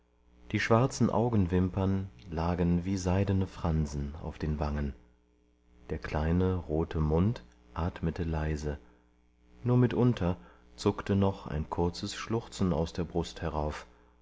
die schwarzen augenwimpern lagen wie seidene fransen auf den wangen der kleine rote mund atmete leise nur mitunter zuckte noch ein kurzes schluchzen aus der brust herauf